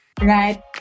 right